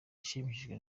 nashimishijwe